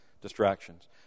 distractions